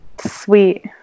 sweet